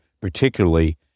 particularly